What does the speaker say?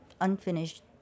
unfinished